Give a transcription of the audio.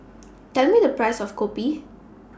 Tell Me The Price of Kopi